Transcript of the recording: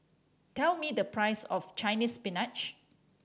tell me the price of Chinese Spinach